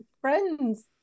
friends